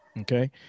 Okay